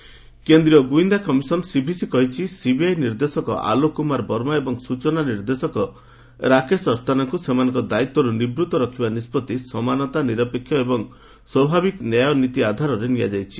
CVC order କେନ୍ଦ୍ରୀୟ ଗୁଇନ୍ଦା commission CVC କହିଛି ସିବିଆଇ ନିର୍ଦ୍ଦେଶକ ଆଲୋକକୁମାର ବର୍ମା ଏବଂ ସ୍ବଚନା ନିର୍ଦ୍ଦେଶକ ରାକେଶ ଅସ୍ଥାନାଙ୍କୁ ସେମାନଙ୍କର ଦାୟିତ୍ୱରୁ ନିବୃତ୍ତ ରଖିବା ନିଷ୍ପଭି ସମାନତା ନିରପେକ୍ଷ ଏବଂ ସ୍ୱାଭାବିକ ନ୍ୟାୟ ନୀତି ଆଧାରରେ ନିଆଯାଇଛି